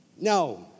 No